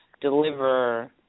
deliver